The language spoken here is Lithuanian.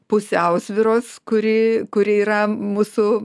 pusiausvyros kuri kuri yra mūsų